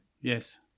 Yes